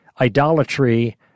idolatry